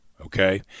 Okay